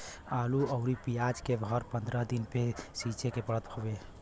आलू अउरी पियाज के हर पंद्रह दिन पे सींचे के पड़त हवे